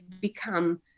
become